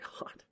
God